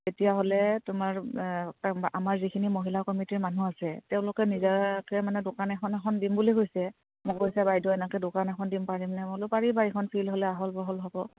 তেতিয়াহ'লে তোমাৰ আমাৰ যিখিনি মহিলা কমিটিৰ মানুহ আছে তেওঁলোকে নিজাকে মানে দোকান এখন এখন দিম বুলি কৈছে মোক কৈছে বাইদেউ এনেকে দোকান এখন দিম হ'লে আহল বহল হ'ব